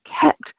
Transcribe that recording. kept